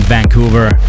Vancouver